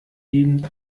eben